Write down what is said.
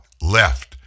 left